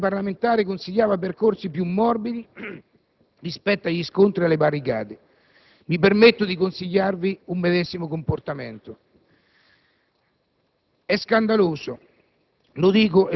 semplicemente prevaleva la saggezza e l'arte parlamentare consigliava percorsi più morbidi rispetto agli scontri e alle barricate. Mi permetto di consigliarvi un medesimo comportamento.